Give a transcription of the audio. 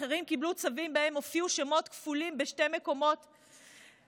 אחרים קיבלו צווים שבהם הופיעו שמות כפולים בשני מקומות בצו,